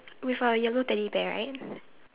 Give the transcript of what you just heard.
with a yellow Teddy bear right